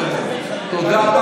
תודה.